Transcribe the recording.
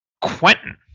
Quentin